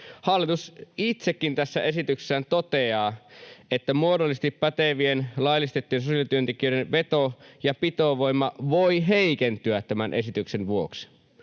Hallitus itsekin tässä esityksessään toteaa, että muodollisesti pätevien laillistettujen sosiaalityöntekijöiden veto- ja pitovoima voivat heikentyä tämän esityksen vuoksi.